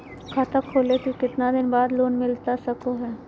खाता खोले के कितना दिन बाद लोन मिलता सको है?